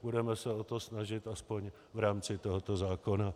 Budeme se o to snažit aspoň v rámci tohoto zákona.